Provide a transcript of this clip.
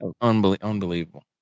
Unbelievable